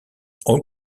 all